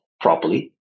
properly